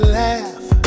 laugh